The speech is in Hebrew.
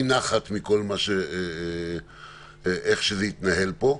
אי-נחת מאיך שזה התנהל פה.